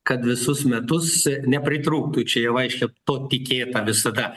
kad visus metus nepritrūktų čia jau aiškiai to tikėta visada